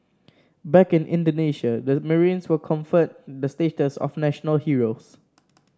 back in Indonesia the marines were conferred the status of national heroes